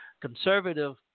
conservative